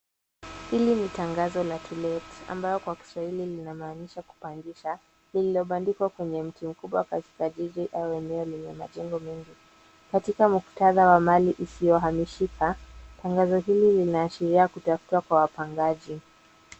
Hili ni tangazo la to let ambalo kwa kiswahili linamaanisha kukodisha lililobandikwa kwenye mti mkubwa katika jiji au eneo lenye majengo mengi katika muktadha wa mali isiyohamishika tangazo hili linaashiria kutafuta kwa wapangaji.